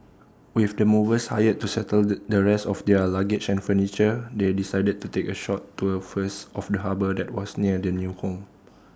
with the movers hired to settle the rest of their luggage and furniture they decided to take A short tour first of the harbour that was near their new home